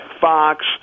Fox